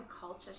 Culture